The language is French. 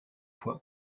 fois